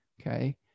okay